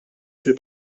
fil